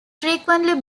frequently